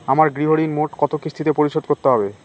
আমার গৃহঋণ মোট কত কিস্তিতে পরিশোধ করতে হবে?